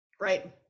Right